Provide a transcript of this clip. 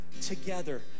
together